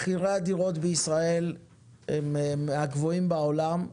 מחירי הדירות בישראל הם מהגבוהים בעולם,